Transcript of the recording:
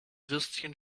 würstchen